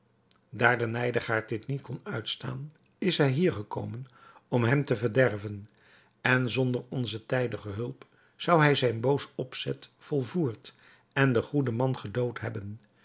daar de nijdigaard dit niet kon uitstaan is hij hier gekomen om hem te verderven en zonder onze tijdige hulp zou hij zijn boos opzet volvoerd en den goeden man gedood hebben